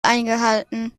eingehalten